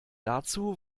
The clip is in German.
dazu